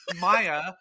Maya